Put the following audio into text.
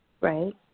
right